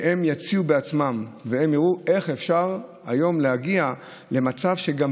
שהן יציעו בעצמן והן יראו איך אפשר היום להגיע למצב שגם